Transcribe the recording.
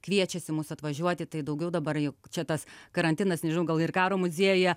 kviečiasi mus atvažiuoti tai daugiau dabar juk čia tas karantinas nežinau gal ir karo muziejuje